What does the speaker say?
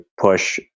push